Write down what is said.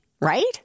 Right